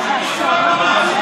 אדוני היושב-ראש.